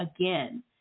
again